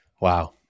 Wow